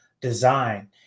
design